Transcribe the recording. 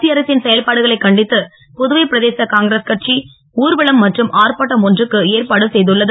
மத்திய அரசின் செயல்பாடுகளைக் கண்டித்து புதுவை பிரதேச காங்கிரஸ் கட்சி ஊர்வலம் மற்றும் ஆர்ப்பாட்டம் ஒன்றுக்கு ஏற்பாடு செய்துள்ளது